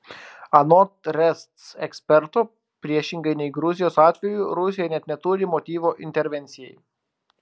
anot resc eksperto priešingai nei gruzijos atveju rusija net neturi motyvo intervencijai